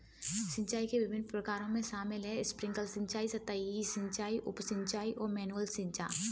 सिंचाई के विभिन्न प्रकारों में शामिल है स्प्रिंकलर सिंचाई, सतही सिंचाई, उप सिंचाई और मैनुअल सिंचाई